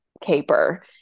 caper